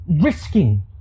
risking